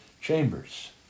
chambers